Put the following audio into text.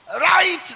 Right